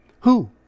Who